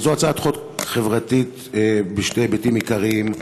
זו הצעת חוק חברתית משני היבטים עיקריים,